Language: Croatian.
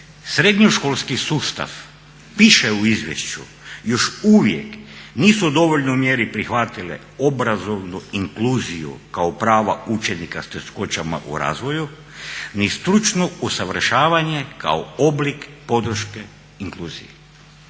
srednjoškolski sustav piše u izvješću još uvijek nisu u dovoljnoj mjeri prihvatile obrazovnu inkluziju kao prava učenika s teškoćama u razvoju, ni stručno usavršavanje kao oblik podrške inkluziji.